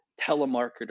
telemarketer